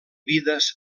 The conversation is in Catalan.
vides